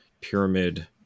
pyramid